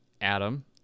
Adam